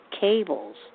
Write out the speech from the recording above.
Cable's